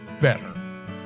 better